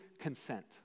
consent